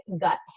gut